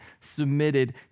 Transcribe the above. submitted